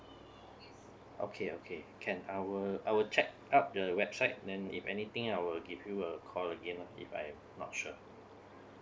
okay okay can I will I will check up the website then if anything I will give you a call again lah if I not sure